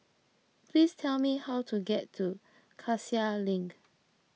please tell me how to get to Cassia Link